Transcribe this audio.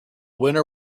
winner